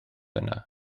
yna